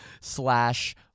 slash